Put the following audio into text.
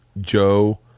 Joe